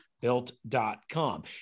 Built.com